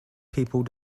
people